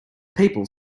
people